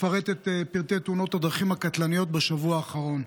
אפרט את פרטי תאונות הדרכים הקטלניות בשבוע האחרון: